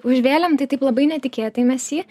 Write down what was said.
užvėlėm tai taip labai netikėtai mes jį